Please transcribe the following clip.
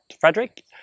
Frederick